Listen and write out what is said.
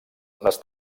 les